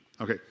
Okay